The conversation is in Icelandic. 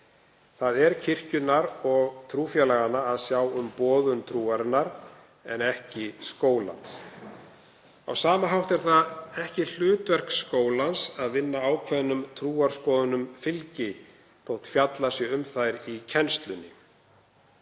Það er kirkjunnar og trúfélaganna að sjá um boðun trúarinnar en ekki skólans. Á sama hátt er það ekki hlutverk skólans að vinna ákveðnum trúarskoðunum fylgi þótt fjallað sé um þær í kennslunni.